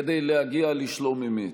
כדי להגיע לשלום אמת.